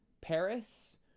Paris